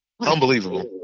Unbelievable